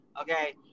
Okay